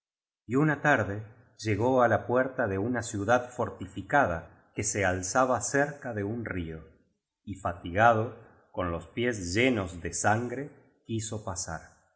y una tarde llegó á la puerta de una ciudad fortificada que se alzaba cerca de un río y fatigado con los pies llenos de sangre quiso pasar